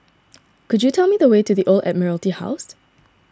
could you tell me the way to the Old Admiralty House